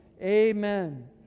amen